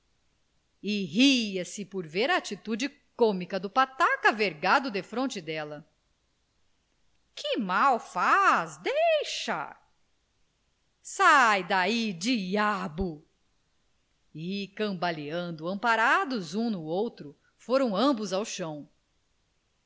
ria-se por ver a atitude cômica do pataca vergado defronte dela que mal faz deixa sai daí diabo e cambaleando amparados um no outro foram ambos ao chão